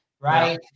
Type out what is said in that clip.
right